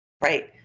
right